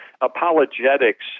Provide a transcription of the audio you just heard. apologetics